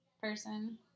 person